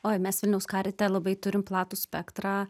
oi mes vilniaus karite labai turim platų spektrą